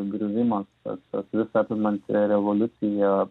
griuvimas tas vat visa apimant re revoliucija